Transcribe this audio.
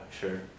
sure